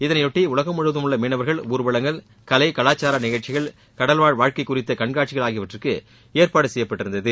இதனைபொட்டி உலகம் முழுவதும் உள்ள மீனவர்கள் ஊர்வலங்கள் கலை கலாச்சார நிகழ்ச்சிகள் கடல்வாழ் வாழ்க்கை குறித்த கண்காட்சிகள் ஆகியவற்றுக்கு ஏற்பாடு செய்யப்பட்டிருந்தது